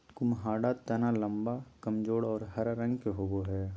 कुम्हाडा तना लम्बा, कमजोर और हरा रंग के होवो हइ